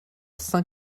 saint